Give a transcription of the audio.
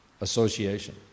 Association